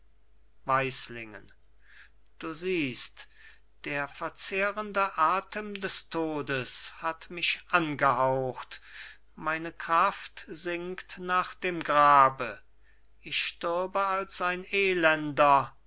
weislingen du siehst der verzehrende atem des todes hat mich angehaucht meine kraft sinkt nach dem grabe ich stürbe als ein elender